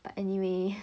but anyway